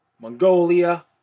Mongolia